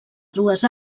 dues